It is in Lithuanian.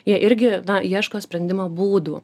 jie irgi ieško sprendimo būdų